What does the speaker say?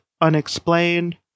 unexplained